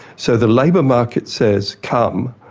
so the labour market says come,